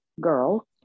girl